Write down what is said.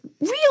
real